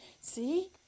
see